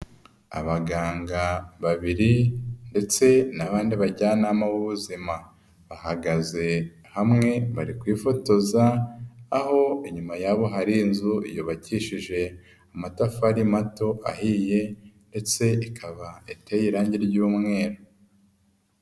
Abaganga babiri ndetse n'abandi bajyanama b'ubuzima, bahagaze hamwe bari kwifotoza aho inyuma yabo hari inzu yubakishije amatafari mato ahiye, ndetse ikaba iteye irangi ry'umweru.